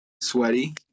sweaty